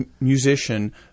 musician